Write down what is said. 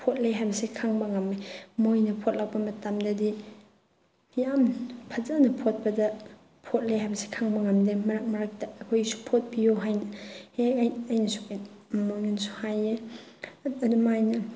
ꯐꯣꯠꯂꯦ ꯍꯥꯏꯕꯁꯦ ꯈꯪꯕ ꯉꯝꯃꯤ ꯃꯣꯏꯅ ꯐꯣꯠꯂꯛꯄ ꯃꯇꯝꯗꯗꯤ ꯌꯥꯝ ꯐꯖꯅ ꯐꯣꯠꯄꯗ ꯐꯣꯠꯂꯦ ꯍꯥꯏꯕꯁꯦ ꯈꯪꯕ ꯉꯝꯗꯦ ꯃꯔꯛ ꯃꯔꯛꯇ ꯑꯩꯈꯣꯏꯁꯨ ꯐꯣꯠꯄꯤꯌꯨ ꯍꯥꯏꯅ ꯍꯦ ꯑꯩꯅ ꯁꯨꯃꯥꯏꯅ ꯃꯣꯏꯉꯣꯟꯗꯁꯨ ꯍꯥꯏꯌꯦ ꯑꯗꯨꯃꯥꯏꯅ